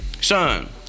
son